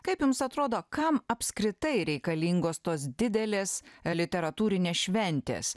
kaip jums atrodo kam apskritai reikalingos tos didelės literatūrinės šventės